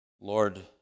Lord